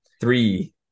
three